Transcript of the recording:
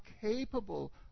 capable